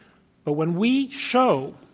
but when we show,